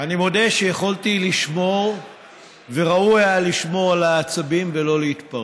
אני מודה שיכולתי לשמור וראוי היה לשמור על העצבים ולא להתפרץ,